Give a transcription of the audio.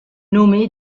nommé